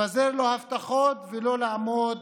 לפזר לו הבטחות ולא לעמוד